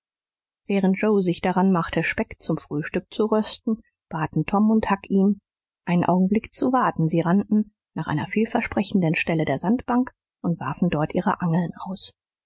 während joe sich daran machte speck zum frühstück zu rösten baten tom und huck ihn einen augenblick zu warten sie rannten nach einer vielversprechenden stelle der sandbank und warfen dort ihre angeln aus